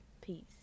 Peace